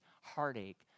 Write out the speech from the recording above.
heartache